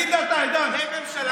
הקיזוזים האוטומטיים של הממשלה,